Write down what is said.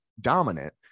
dominant